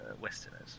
Westerners